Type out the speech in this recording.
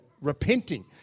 repenting